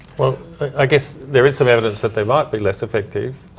well, i guess there is some evidence that they might be less effective.